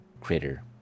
critter